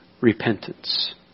repentance